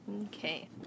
Okay